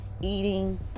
Eating